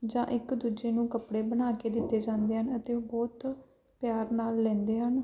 ਜਾਂ ਇੱਕ ਦੂਜੇ ਨੂੰ ਕੱਪੜੇ ਬਣਾ ਕੇ ਦਿੱਤੇ ਜਾਂਦੇ ਹਨ ਅਤੇ ਉਹ ਬਹੁਤ ਪਿਆਰ ਨਾਲ ਲੈਂਦੇ ਹਨ